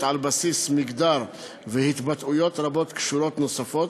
על בסיס מגדר והתבטאויות רבות קשורות נוספות,